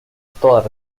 todas